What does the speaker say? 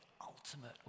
ultimate